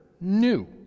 new